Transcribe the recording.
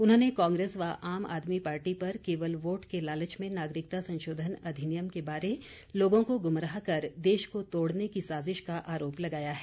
उन्होंने कांग्रेस व आम आदमी पार्टी पर केवल वोट के लालच में नागरिकता संशोधन अधिनियम के बारे लोगों को गुमराह कर देश को तोड़ने की साजिश का आरोप लगाया है